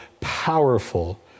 powerful